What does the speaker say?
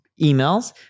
emails